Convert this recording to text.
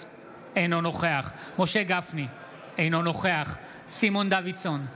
אינו נוכח סימון דוידסון,